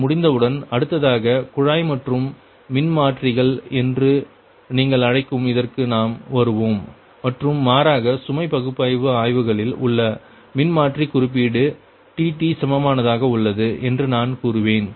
இது முடிந்தவுடன் அடுத்ததாக குழாய் மாற்றும் மின்மாற்றிகள் என்று நீங்கள் அழைக்கும் இதற்கு நாம் வருவோம் மற்றும் மாறாக சுமை பாய்வு ஆய்வுகளில் உள்ள மின்மாற்றி குறிப்பீடு π சமமானதாக உள்ளது என்று நான் கூறுவேன்